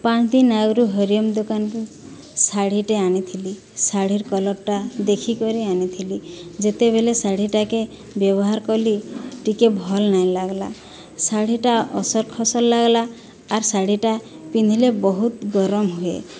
ପାଞ୍ଚଦିନ ଆଗରୁ ହରିଓମ୍ ଦୋକାନରୁ ଶାଢ଼ୀଟିଏ ଆଣିଥିଲି ଶାଢ଼ୀର କଲରଟା ଦେଖିକରି ଆଣିଥିଲି ଯେତେବେଳେ ଶାଢ଼ୀଟାକୁ ବ୍ୟବହାର କଲି ଟିକିଏ ଭଲ ନାହିଁ ଲାଗିଲା ଶାଢ଼ୀଟା ଅସର ଖସର ଲାଗିଲା ଆର୍ ଶାଢ଼ୀଟା ପିନ୍ଧିଲେ ବହୁତ ଗରମ ହୁଏ